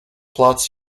plots